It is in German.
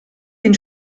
den